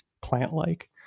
plant-like